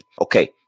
Okay